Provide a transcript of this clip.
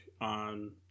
on